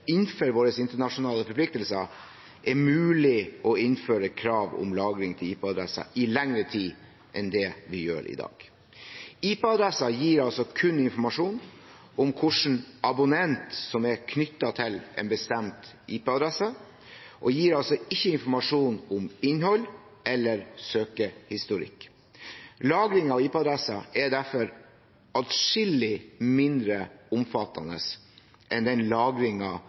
innenfor våre internasjonale forpliktelser er mulig å innføre krav om lagring av IP-adresser i lengre tid enn det vi gjør i dag. IP-adresser gir kun informasjon om hvilken abonnent som er knyttet til en bestemt IP-adresse, og gir altså ikke informasjon om innhold eller søkehistorikk. Lagring av IP-adresser er derfor atskillig mindre omfattende enn den